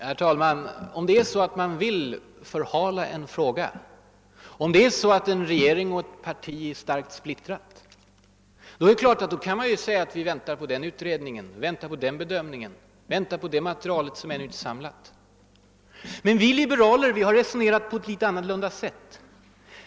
Herr talman! Om regeringen är starkt splittrad och vill förhala en fråga — eller om ett parti är starkt splittrat och vill göra det — kan man naturligtvis säga: Vi väntar på den och den utredningen, på den eiler den bedömningen och på det eller det materialet, som ännu inte finns samlat. Men vi liberaler har resonerat på ett annorlunda sätt.